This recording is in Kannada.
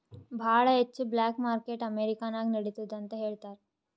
ಭಾಳ ಹೆಚ್ಚ ಬ್ಲ್ಯಾಕ್ ಮಾರ್ಕೆಟ್ ಅಮೆರಿಕಾ ನಾಗ್ ನಡಿತ್ತುದ್ ಅಂತ್ ಹೇಳ್ತಾರ್